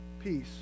peace